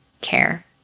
care